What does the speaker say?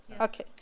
okay